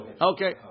Okay